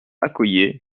accoyer